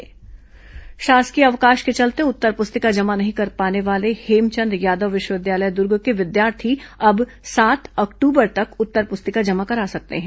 विवि उत्तर पुस्तिका शासकीय अवकाश के चलते उत्तर पुस्तिका जमा नहीं कर पाने वाले हेमचंद यादव विश्वविद्यालय दुर्ग के विद्यार्थी अब सात अक्टूबर तक उत्तर प्रस्तिका जमा करा सकते हैं